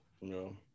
No